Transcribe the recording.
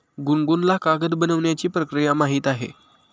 गुनगुनला कागद बनवण्याची प्रक्रिया माहीत आहे